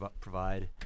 provide